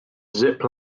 zip